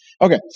Okay